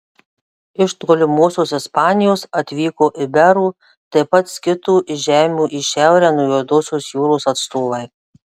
iš tolimosios ispanijos atvyko iberų taip pat skitų iš žemių į šiaurę nuo juodosios jūros atstovai